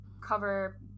cover